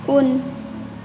उन